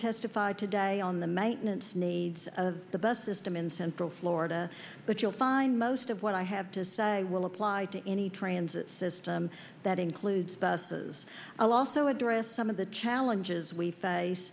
testify today on the maintenance maids of the best system in central florida but you'll find most of what i have to say will apply to any transit system that includes buses a law so address some of the challenges we face